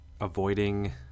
avoiding